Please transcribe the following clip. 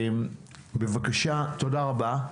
תודה רבה.